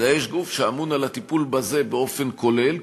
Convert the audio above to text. אלא יש גוף שאמון על הטיפול בזה באופן כולל,